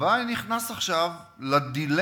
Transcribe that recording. אבל אני נכנס עכשיו לדילמה